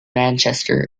manchester